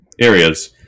areas